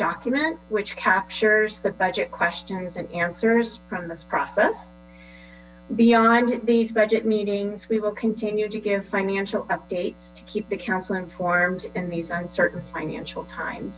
document which captures the budget questions and answers from this process beyond these budget meetings we will continue to give financial updates to keep the council informed in these uncertain financial times